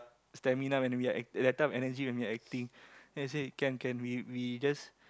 stamina when we are act that type of energy when we were acting then we say can can we just